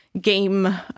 game